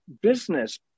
business